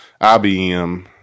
IBM